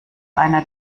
einer